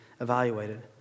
evaluated